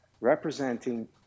representing